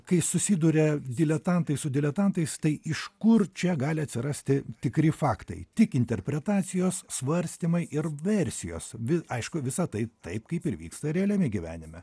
kai susiduria diletantai su diletantais tai iš kur čia gali atsirasti tikri faktai tik interpretacijos svarstymai ir versijos vi aišku visa tai taip kaip ir vyksta realiame gyvenime